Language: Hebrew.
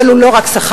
אבל הוא לא רק שכר.